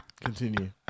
Continue